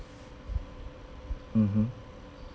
mmhmm